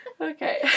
Okay